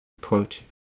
quote